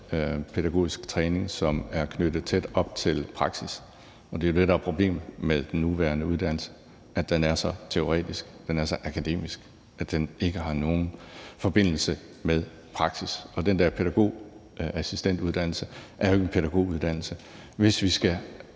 pædagogisk træning, som er knyttet tæt op til praksis, og det er jo det, der er problemet med den nuværende uddannelse: Den er så teoretisk og så akademisk, at den ikke har nogen forbindelse med praksis. Og den der uddannelse til pædagogisk assistent er jo ikke en pædagoguddannelse. Jeg tror,